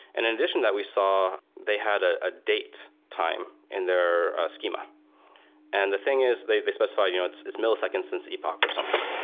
and in addition to that, we saw they had ah a date time in their schema and the thing is they they specify you know it's it's millisecond since epoque or something,